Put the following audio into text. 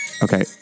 Okay